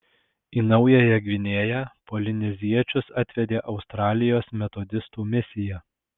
į naująją gvinėją polineziečius atvedė australijos metodistų misija